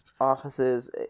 offices